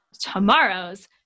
tomorrow's